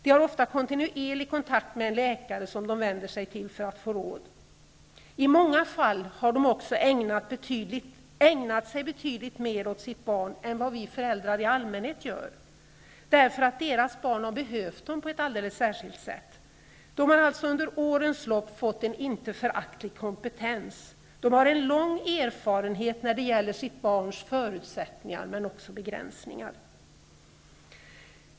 De har ofta kontinuerlig kontakt med en läkare, som de vänder sig till för att få råd. I många fall har de också ägnat sig betydligt mer åt sitt barn än vad vi föräldrar i allmänhet gör, därför att deras barn behövt dem på ett särskilt sätt. De har alltså under årens lopp fått en icke föraktlig kompetens. De har en lång erfarenhet när det gäller sitt barns förutsättningar men också begränsningar.